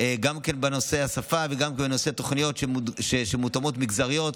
גם בנושא השפה וגם בנושא תוכניות שמותאמות מגזרית.